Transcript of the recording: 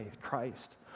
Christ